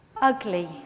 Ugly